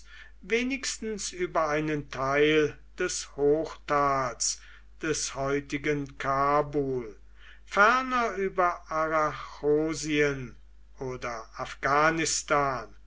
wenigstens über einen teil des hochtals des heutigen kabul ferner über arachosien oder